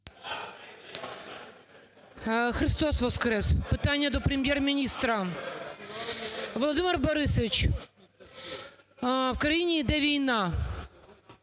Христос воскрес! Питання до Прем'єр-міністра. Володимире Борисовичу, в країні іде війна.